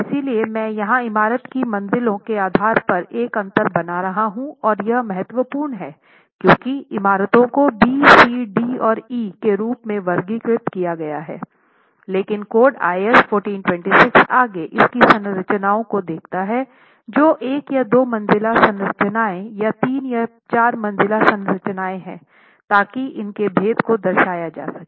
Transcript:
इसलिए मैं यहां इमारत की मंज़िलों के आधार पर एक अंतर बना रहा हूं और यह महत्वपूर्ण है क्योंकि इमारतों को B C D और E के रूप में वर्गीकृत किया गया है लेकिन कोड IS 4326 आगे इसकी संरचनाओं को देखता है जो 1 2 मंजिला संरचनाएं या 3 या 4 मंजिला संरचनाएं हैं ताकि इनके भेद को दर्शाया जा सके